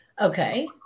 Okay